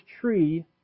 tree